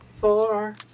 four